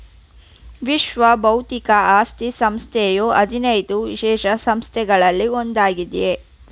ವಿಶ್ವ ಬೌದ್ಧಿಕ ಆಸ್ತಿ ಸಂಸ್ಥೆಯು ಹದಿನೈದು ವಿಶೇಷ ಸಂಸ್ಥೆಗಳಲ್ಲಿ ಒಂದಾಗಿದೆ